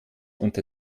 unter